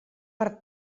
per